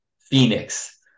Phoenix